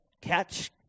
catch